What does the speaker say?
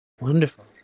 Wonderful